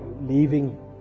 leaving